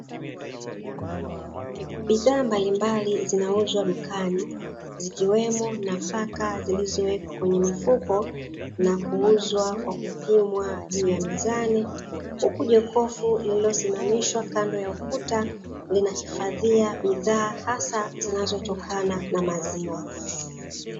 Bidhaa mbalimbali zinauzwa dukani, zikiwemo nafaka zilizowekwa kwenye mifuko na kuuzwa kwa kupimwa juu ya mizani. Huku jokofu lililosimamishwa kando ya ukuta linahifadhia bidhaa, hasa zinazotokana na maziwa.